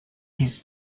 his